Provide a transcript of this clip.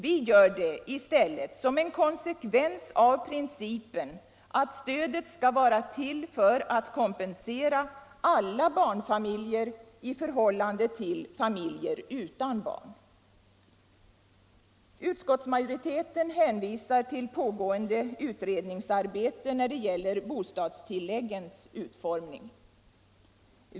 Vi gör det i stället som en konsekvens av principen att stödet skall vara till för att kompensera alla barnfamiljer i förhållande till familjer utan barn. Utskottsmajoriteten hänvisar till pågående utredningsarbete när det gäller bostadstilläggens utformning.